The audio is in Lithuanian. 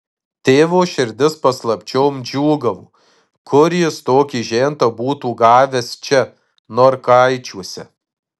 tėvo širdis paslapčiom džiūgavo kur jis tokį žentą būtų gavęs čia norkaičiuose